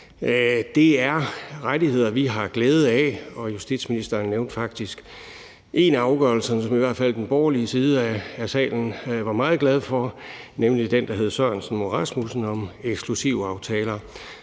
Det er rettigheder, vi har glæde af, og justitsministeren nævnte faktisk en af afgørelserne, som i hvert fald den borgerlige side af salen var meget glade for, nemlig den, der hed Sørensen og Rasmussen mod Danmark om eksklusivaftaler.